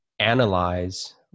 analyze